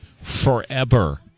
Forever